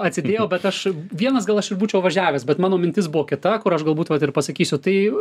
atsidėjau bet aš vienas gal aš ir būčiau važiavęs bet mano mintis buvo kita kur aš galbūt vat ir pasakysiu tai